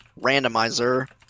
randomizer